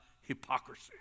hypocrisy